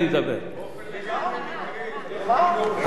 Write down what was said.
לגמרי מקרי, אני חושב שנעשה מעשה, זה לא מקרי.